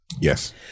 Yes